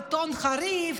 בטון חריף,